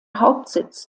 hauptsitz